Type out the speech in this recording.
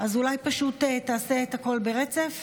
אז אולי פשוט תעשה הכול ברצף?